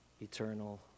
eternal